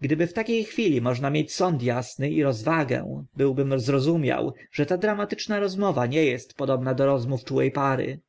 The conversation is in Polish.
gdyby w takie chwili można mieć sąd asny i rozwagę byłbym zrozumiał że ta dramatyczna rozmowa nie est podobna do rozmów czułe pary